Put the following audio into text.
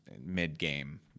mid-game